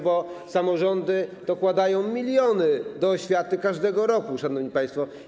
Bo samorządy dokładają miliony do oświaty każdego roku, szanowni państwo.